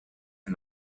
and